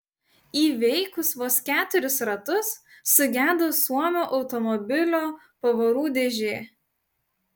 įveikus vos keturis ratus sugedo suomio automobilio pavarų dėžė